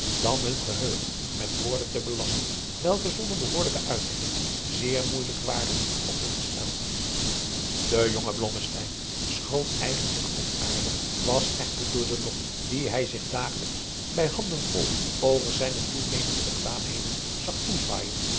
dan hun geheugen met woorden te belasten welke zonder behoorlijke uitlegging zeer moeijelijk waren om te verstaan de jonge blommesteyn schoon eigenlijk goedaardig was echter door den lof dien hij zich dagelijks bij handen vol over zijne toenemende bekwaamheden zag